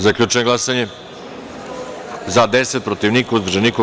Zaključujem glasanje: za - 13, protiv - niko, uzdržanih - nema.